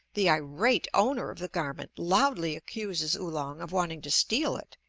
the irate owner of the garment loudly accuses oolong of wanting to steal it,